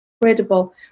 incredible